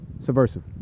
subversive